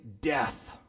death